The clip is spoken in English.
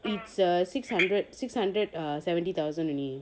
it's a six hundred six hundred seventy thousand only